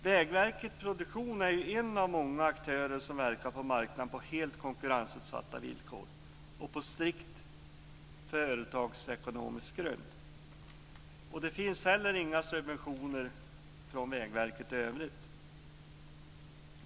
Vägverket Produktion är en av många aktörer som verkar på marknaden på helt konkurrensutsatta villkor och på strikt företagsekonomisk grund. Man får inte heller några subventioner från Vägverket i övrigt.